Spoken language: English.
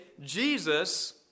Jesus